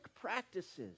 practices